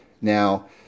now